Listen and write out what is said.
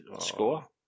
Score